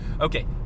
Okay